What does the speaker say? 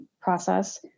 process